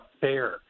fair